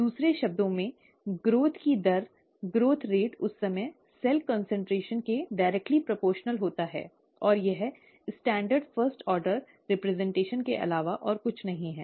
दूसरे शब्दों में विकास की दर विकास दर उस समय सेल कान्सन्ट्रेशन के सीधे आनुपातिक होता है और यह स्टैंडर्ड फर्स्ट ऑर्डर प्रतिनिधित्व के अलावा और कुछ नहीं है